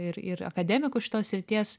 ir ir akademikų šitos srities